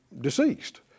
deceased